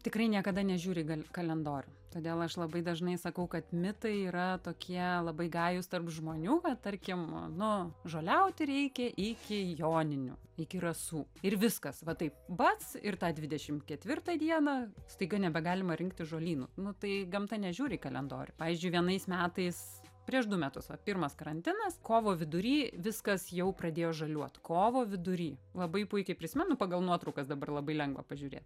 tikrai niekada nežiūri gal kalendorių todėl aš labai dažnai sakau kad mitai yra tokie labai gajūs tarp žmonių va tarkim nu žoliauti reikia iki joninių iki rasų ir viskas va taip bac ir tą dvidešimt ketvirtą dieną staiga nebegalima rinkti žolynų nu tai gamta nežiūri į kalendorių pavyzdžiui vienais metais prieš du metus va pirmas karantinas kovo vidury viskas jau pradėjo žaliuot kovo vidury labai puikiai prisimenu pagal nuotraukas dabar labai lengva pažiūrėt